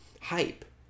hype